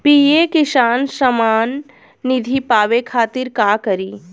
PM Kisan Samman Nidhi पावे खातिर का करी?